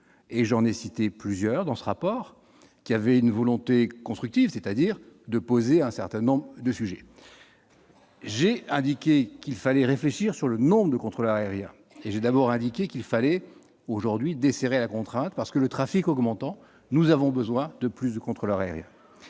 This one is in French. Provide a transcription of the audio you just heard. j'en ai cité plusieurs dans ce rapport, qui avait une volonté constructive, c'est-à-dire de poser un certain de sujets. J'ai indiqué qu'il fallait réfléchir sur le nombre de contrôleurs aériens et j'ai d'abord indiqué qu'il fallait aujourd'hui desserrer la contrainte parce que le trafic augmentant, nous avons besoin de plus de contrôleurs aériens,